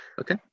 Okay